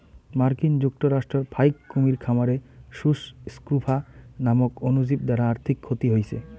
মার্কিন যুক্তরাষ্ট্রর ফাইক কুমীর খামারে সুস স্ক্রফা নামক অণুজীব দ্বারা আর্থিক ক্ষতি হইচে